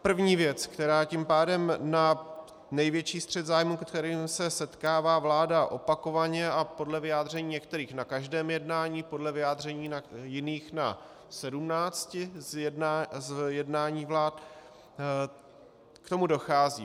První věc, která tím pádem na největší střet zájmů, s kterým se setkává vláda opakovaně, a podle vyjádření některých na každém jednání, podle vyjádření jiných na sedmnácti z jednání vlády, k tomu dochází.